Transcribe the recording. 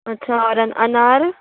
अच्छा और अनार